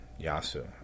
yasu